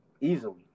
easily